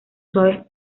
suaves